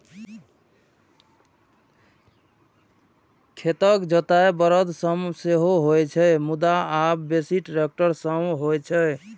खेतक जोताइ बरद सं सेहो होइ छै, मुदा आब बेसी ट्रैक्टर सं होइ छै